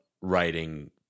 writing